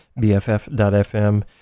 BFF.FM